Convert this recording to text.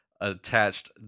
attached